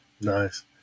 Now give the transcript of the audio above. Nice